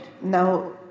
Now